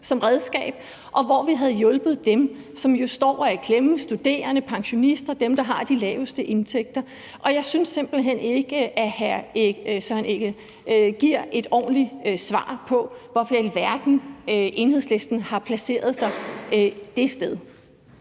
som redskab, og hvor vi havde hjulpet dem, som jo står og er i klemme, nemlig studerende og pensionister, altså dem, der har de laveste indtægter. Jeg synes simpelt hen ikke, at hr. Søren Egge Rasmussen giver et ordentligt svar på, hvorfor i alverden Enhedslisten har placeret sig det sted.